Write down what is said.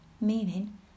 meaning